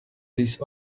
these